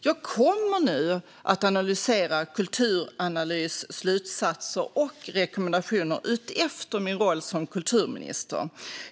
Jag kommer nu att analysera Kulturanalys slutsatser och rekommendationer utifrån min roll som kulturminister.